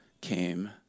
came